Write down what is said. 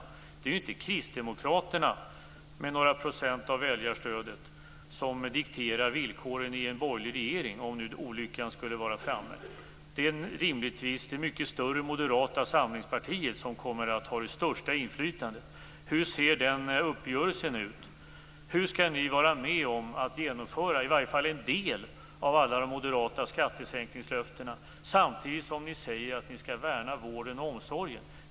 Men det är inte kristdemokraterna, med några procent av väljarstödet, som dikterar villkoren i en borgerlig regering om nu olyckan skulle vara framme. Det är rimligtvis det mycket större Moderata samlingspartiet som kommer att ha det största inflytandet. Hur ser den uppgörelsen ut? Hur skall ni kunna vara med om att genomföra i varje fall en del av alla de moderata skattesänkningslöftena, samtidigt som ni säger att ni skall värna vården och omsorgen?